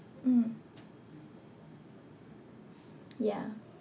mm yeah